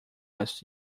was